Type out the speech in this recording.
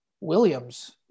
Williams